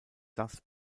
das